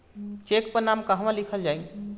Check पर नाम कहवा लिखल जाइ?